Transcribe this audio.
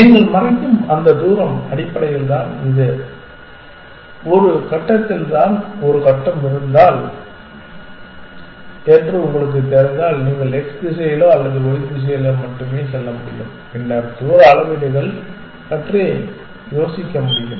நீங்கள் மறைக்கும் அந்த தூரம் அடிப்படையில் இதுதான் ஒரு கட்டத்தில் ஒரு கட்டம் இருந்தால் என்று உங்களுக்குத் தெரிந்தால் நீங்கள் x திசையிலோ அல்லது y திசையிலோ மட்டுமே செல்ல முடியும் பின்னர் மற்ற தூர அளவீடுகள் ஒன்றை பற்றி யோசிக்க முடியும்